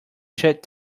shut